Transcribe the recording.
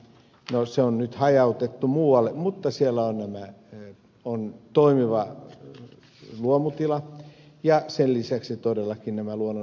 se on nyt hajautettu muualle mutta siellä on toimiva luomutila ja sen lisäksi todellakin nämä luonnonsuojelukohteet